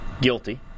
guilty